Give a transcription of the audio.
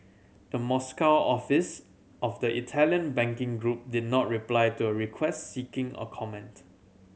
the Moscow office of the Italian banking group did not reply to a request seeking a comment